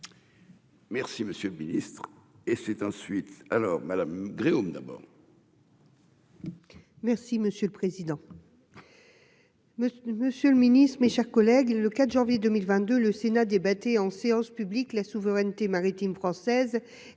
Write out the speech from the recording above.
Merci, monsieur le Ministre